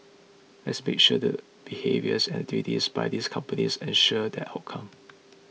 let's make sure that behaviours and activities by these companies ensure that outcome